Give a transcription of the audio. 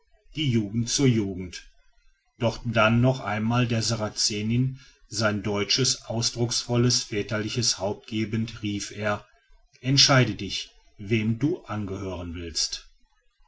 die jugend zur jugend doch dann noch einmal der sarazenin sein deutsches ausdrucksvolles väterliches haupt gebend rief er entscheide dich wem du angehören willst